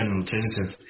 alternative